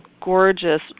gorgeous